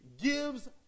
gives